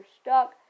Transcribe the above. stuck